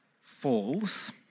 falls